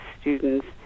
students